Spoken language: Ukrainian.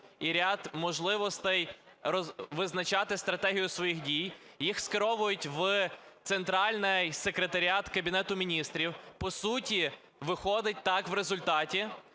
і ряд можливостей визначати стратегію своїх дій, їх скеровують в центральний Секретаріат Кабінету Міністрів. По суті, виходить так в результаті,